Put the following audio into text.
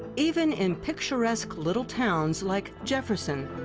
even in picturesque little towns like jefferson,